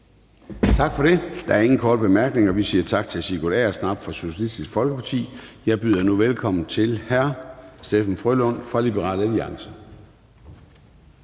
Tak. Der er ingen korte bemærkninger. Vi siger tak til hr. Sigurd Agersnap fra Socialistisk Folkeparti. Jeg byder nu velkommen til hr. Steffen W. Frølund fra Liberal Alliance.